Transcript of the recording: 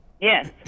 Yes